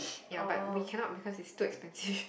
ya but we cannot because is too expensive